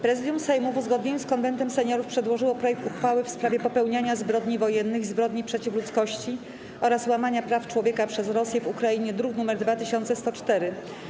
Prezydium Sejmu, w uzgodnieniu z Konwentem Seniorów, przedłożyło projekt uchwały w sprawie popełniania zbrodni wojennych i zbrodni przeciw ludzkości oraz łamania praw człowieka przez Rosję w Ukrainie, druk nr 2104.